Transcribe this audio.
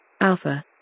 Alpha